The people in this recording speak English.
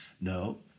No